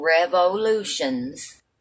revolutions